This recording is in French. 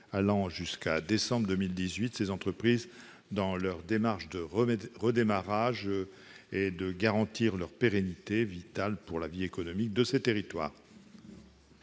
allant jusqu'à décembre 2018, ces entreprises dans leur démarche de redémarrage de leurs activités, et de garantir leur pérennité, vitale pour la vie économique de ces territoires.